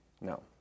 No